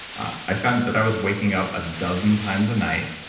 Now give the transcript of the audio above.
i found that i was waking up a dozen times a night,